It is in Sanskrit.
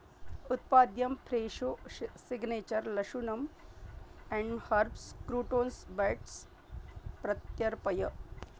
उत्पाद्यं फ्रेशो शि सिग्नेचर् लशुनम् एण्ड् हर्ब्स् क्रूटोन्स् बैट्स् प्रत्यर्पय